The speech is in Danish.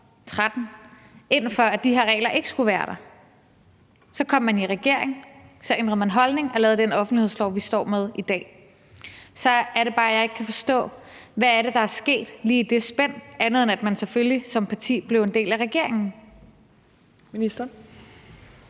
ind for, at de her regler ikke skulle være der. Så kom man i regering, og så ændrede man holdning og lavede den offentlighedslov, som vi står med i dag. Så er det bare, at jeg ikke kan forstå, hvad det er, der er sket lige i det spænd, andet end at man selvfølgelig som parti blev en del af regeringen.